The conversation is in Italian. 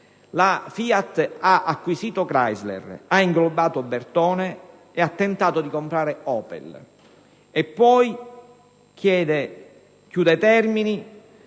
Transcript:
La FIAT ha acquisito Chrysler, ha inglobato Bertone e ha tentato di comprare OPEL, ma poi chiude lo